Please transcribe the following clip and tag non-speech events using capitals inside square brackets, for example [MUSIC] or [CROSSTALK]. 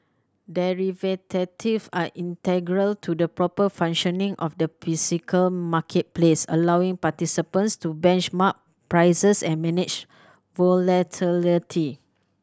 [UNINTELLIGIBLE] are integral to the proper functioning of the [UNINTELLIGIBLE] marketplace allowing participants to benchmark prices and manage volatility